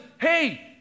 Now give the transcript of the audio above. hey